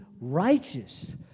righteous